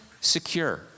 secure